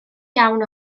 iawn